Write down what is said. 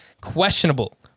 questionable